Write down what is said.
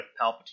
Palpatine